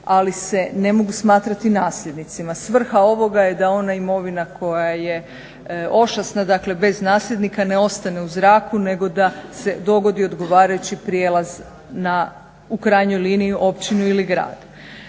ali se ne mogu smatrati nasljednicima. Svrha ovoga je da ona imovina koja je ošasna, dakle bez nasljednika ne ostane u zraku nego da se dogodi odgovarajući prijelaz na, u krajnjoj liniji općinu ili grad.